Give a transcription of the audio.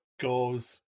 goes